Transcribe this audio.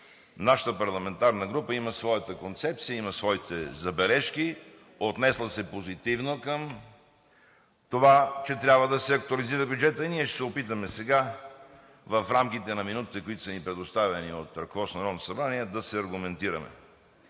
нашата парламентарна група има своята концепция, има своите забележки, отнесла се е позитивно към това, че трябва да се актуализира бюджета. Сега ние ще се опитаме в рамките на минутите, които са ни предоставени от ръководството на Народното събрание, да се аргументираме.